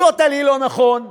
totallyלא נכון.